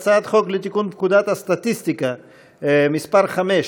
הצעת חוק לתיקון פקודת הסטטיסטיקה (מס' 5),